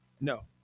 No